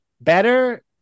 better